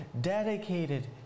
dedicated